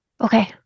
Okay